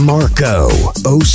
Marco